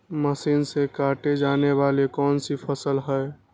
Machine से काटे जाने वाली कौन सी फसल है?